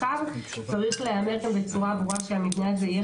צריך להיאמר כאן בצורה ברורה שהוא יהיה